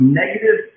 negative